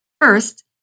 First